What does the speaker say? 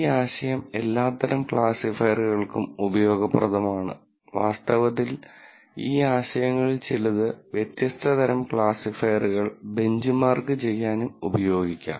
ഈ ആശയം എല്ലാത്തരം ക്ലാസിഫയറുകൾക്കും ഉപയോഗപ്രദമാണ് വാസ്തവത്തിൽ ഈ ആശയങ്ങളിൽ ചിലത് വ്യത്യസ്ത തരം ക്ലാസിഫയറുകൾ ബെഞ്ച്മാർക്ക് ചെയ്യാനും ഉപയോഗിക്കാം